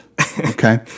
Okay